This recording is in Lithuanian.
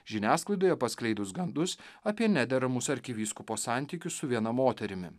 žiniasklaidoje paskleidus gandus apie nederamus arkivyskupo santykius su viena moterimi